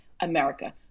America